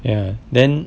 ya then